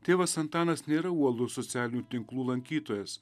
tėvas antanas nėra uolus socialinių tinklų lankytojas